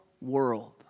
world